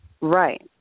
Right